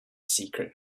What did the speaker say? secret